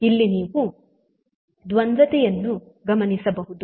ಇಲ್ಲಿ ನೀವು ದ್ವಂದ್ವತೆಯನ್ನು ಗಮನಿಸಬಹುದು